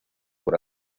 por